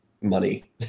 money